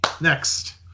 next